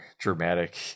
dramatic